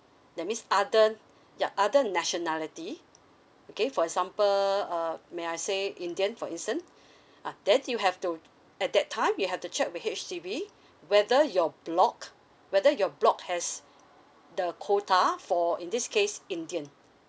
that means other ya other nationality okay for example uh may I say indian for instance ah then you have to at that time you have to check with H_D_B whether your block whether your block has the quota for in this case indian